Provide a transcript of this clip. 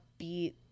upbeat